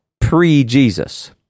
pre-Jesus